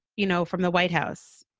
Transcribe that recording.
you know, from the white house.